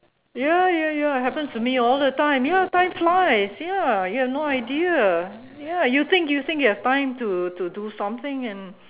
ya ya ya happens to me all the time ya time flies ya you have no idea ya you think you think you have time to to do something and